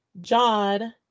John